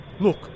Look